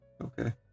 Okay